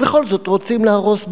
ובכל זאת רוצים להרוס בית.